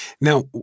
Now